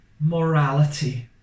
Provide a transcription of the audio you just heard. morality